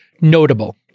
notable